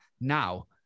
now